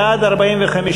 בעד 45,